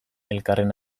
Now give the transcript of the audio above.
elkarren